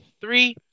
three